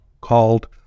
called